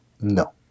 No